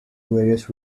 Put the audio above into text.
various